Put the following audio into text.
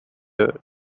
your